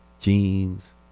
jeans